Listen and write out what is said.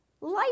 Life